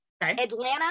Atlanta